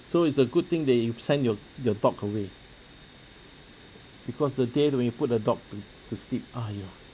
so it's a good thing that you send your your dog away because the day when you put the dog to to sleep !aiya!